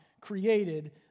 created